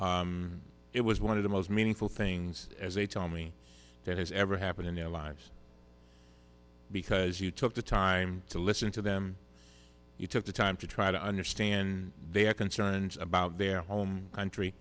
though it was one of the most meaningful things as a tell me that has ever happened in their lives because you took the time to listen to them you took the time to try to understand their concerns about their home country